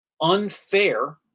unfair